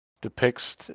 depicts